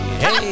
hey